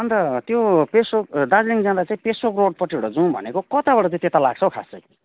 अन्त त्यो पेसोक दार्जिलिङ जाँदा चाहिँ पेसोक रोडपट्टिबाट जाउँ भनेको कताबाट चाहिँ त्यता लाग्छ हौ खास चाहिँ